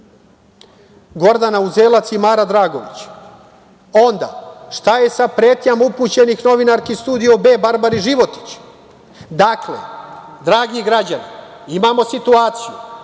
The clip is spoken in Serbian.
Gordane Uzelac i Mare Dragović. Onda šta je sa pretnjama upućenih novinarki „Studija B“ Barbari Životić. Dakle, dragi građani, imamo situaciju